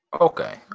okay